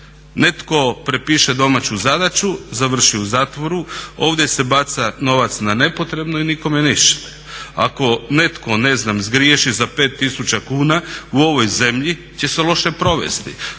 Netko prepiše domaću zadaću, završi u zatvoru. Ovdje se baca novac na nepotrebno i nikome ništa. Ako netko, ne znam, zgriješi za 5 tisuća kuna u ovoj zemlji će se loše provesti.